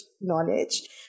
knowledge